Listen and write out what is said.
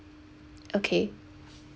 okay